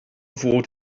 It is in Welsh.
fod